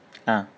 ah